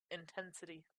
intensity